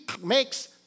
makes